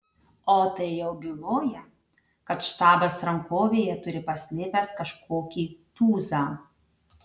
o tai jau byloja kad štabas rankovėje turi paslėpęs kažkokį tūzą